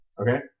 Okay